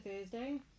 Thursday